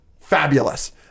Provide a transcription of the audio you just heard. fabulous